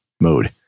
mode